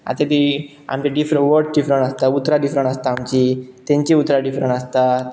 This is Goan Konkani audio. आतां ती आमची डिफर वर्ड डिफरंट आसता उतरां डिफरंट आसता आमची तांची उतरां डिफरंट आसतात